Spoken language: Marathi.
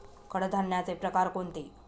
कडधान्याचे प्रकार कोणते?